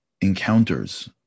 encounters